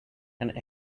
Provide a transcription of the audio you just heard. and